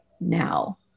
Now